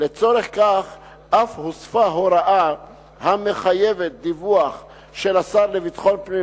לצורך כך אף הוספה הוראה המחייבת דיווח של השר לביטחון פנים